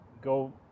go